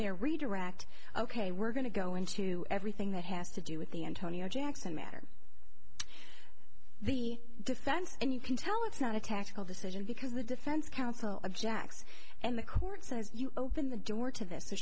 their redirect ok we're going to go into everything that has to do with the antonio jackson matter the defense and you can tell it's not a tactical decision because the defense counsel objects and the court says you open the door to th